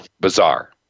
bizarre